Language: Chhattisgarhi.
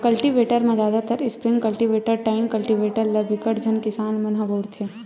कल्टीवेटर म जादातर स्प्रिंग कल्टीवेटर, टाइन कल्टीवेटर ल बिकट झन किसान मन ह बउरथे